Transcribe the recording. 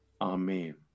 Amen